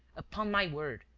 upon my word,